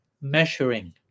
measuring